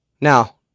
Now